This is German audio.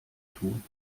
tun